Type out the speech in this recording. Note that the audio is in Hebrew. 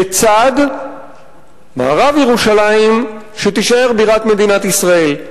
בצד מערב-ירושלים, שתישאר בירת מדינת ישראל.